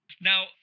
Now